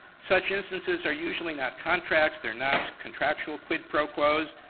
such instances are usually not contracts. they're not contractual quid pro quos,